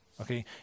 okay